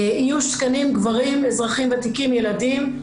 איוש תקנים גברים אזרחים ותיקים ילדים,